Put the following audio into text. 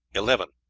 eleven.